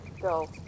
go